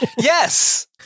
Yes